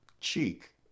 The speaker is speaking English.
cheek